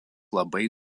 labai